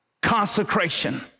consecration